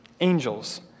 angels